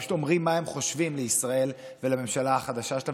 ופשוט אומרים מה הם חושבים על ישראל ועל הממשלה החדשה שלה,